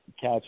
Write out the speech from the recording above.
catch